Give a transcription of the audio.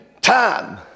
time